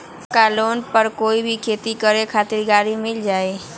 का लोन पर कोई भी खेती करें खातिर गरी मिल जाइ?